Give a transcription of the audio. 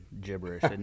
gibberish